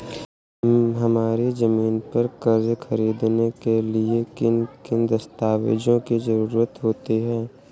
हमारी ज़मीन पर कर्ज ख़रीदने के लिए किन किन दस्तावेजों की जरूरत होती है?